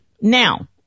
now